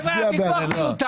ליצור תקנה שהיא רטרואקטיבית.